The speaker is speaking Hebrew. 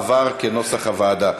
ולכן נצביע עכשיו על סעיף 4 כנוסח הוועדה.